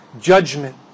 judgment